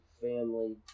family